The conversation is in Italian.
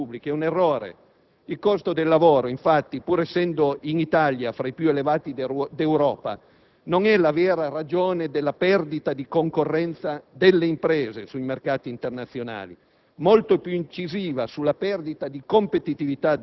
Ad esempio, ridurre il cuneo fiscale e bloccare le opere pubbliche è un errore. Il costo del lavoro, infatti, pur essendo in Italia fra i più elevati di Europa, non è la vera ragione della perdita di concorrenza delle imprese sui mercati internazionali;